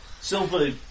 Silver